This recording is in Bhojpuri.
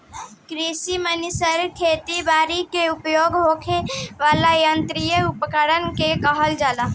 कृषि मशीनरी खेती बरी में उपयोग होखे वाला यांत्रिक उपकरण के कहल जाला